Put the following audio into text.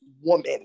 woman